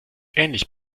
ähnlich